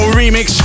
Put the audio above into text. remix